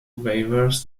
waivers